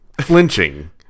flinching